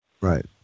right